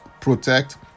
protect